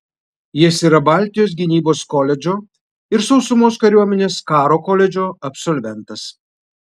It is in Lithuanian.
jis yra baltijos gynybos koledžo ir sausumos kariuomenės karo koledžo absolventas